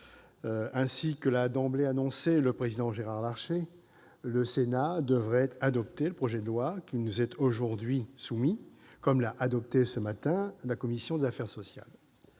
Ainsi que l'a d'emblée annoncé le président Gérard Larcher, le Sénat devrait adopter le projet de loi qui nous est soumis, comme l'a adopté, ce matin, la commission des affaires sociales.